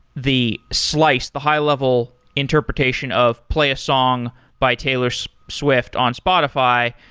the slice, the high-level interpretation of play a song by taylor so swift on spotify,